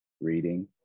reading